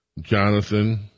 Jonathan